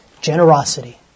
generosity